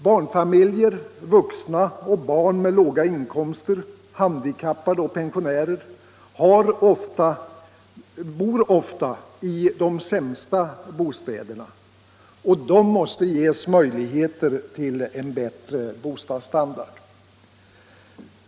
Barnfamiljer, vuxna utan barn med låga inkomster, handikappade och pensionärer bor ofta i de sämsta bostäderna, och de måste ges möjligheter till en bättre bostadsstandard.